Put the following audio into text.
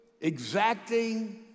exacting